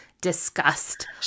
discussed